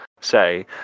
say